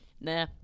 nah